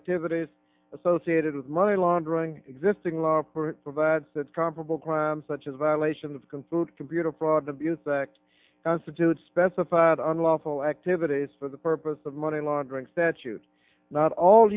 activities associated with money laundering existing law provides that comparable crimes such as violations of conflict computer fraud abuse act constitute specified unlawful activities for the purpose of money laundering statute not all